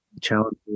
challenges